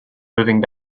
moving